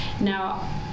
Now